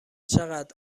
چقدر